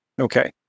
Okay